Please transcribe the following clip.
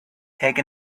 take